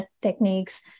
techniques